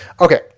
Okay